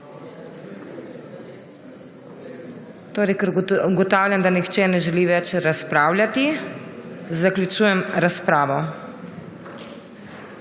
HOT:** Ker ugotavljam, da nihče ne želi več razpravljati, zaključujem razpravo.